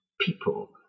people